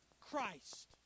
Christ